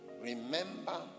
remember